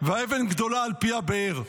ואבן גדולה על פי הבאר.